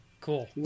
Cool